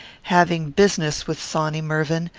having business with sawny mervyn,